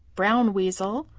brown weasel,